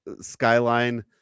skyline